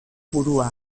burua